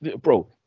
Bro